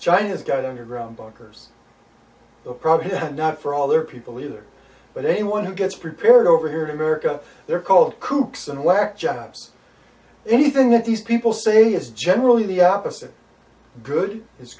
china's got underground bunkers probably not for all their people either but anyone who gets prepared over here in america they're called kooks and whack jobs anything that these people say is generally